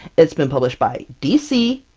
it's been published by dc,